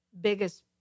biggest